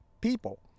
people